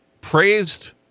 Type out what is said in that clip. praised